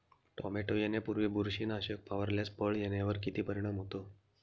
Tomato येण्यापूर्वी बुरशीनाशक फवारल्यास फळ येण्यावर किती परिणाम होतो?